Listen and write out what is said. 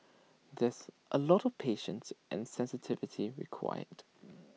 there's A lot of patience and sensitivity required